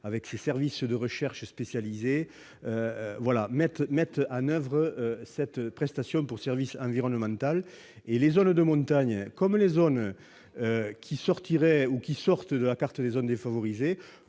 à ses services de recherche spécialisés, mette en oeuvre cette prestation pour services environnementaux. Les zones de montagne, comme les zones qui sortent de la carte des zones défavorisées,